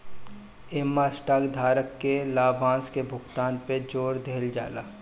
इमें स्टॉक धारक के लाभांश के भुगतान पे जोर देहल जाला